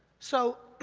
so,